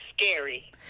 scary